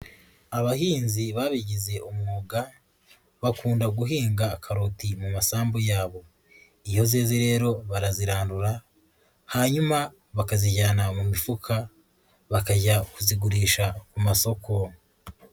Abahinzi babigize umwuga bakunda guhinga karoti mu masambu yabo, iyo zeze rero barazirandura hanyuma bakazijyana mu mifuka bakajya kuzigurisha ku masoko.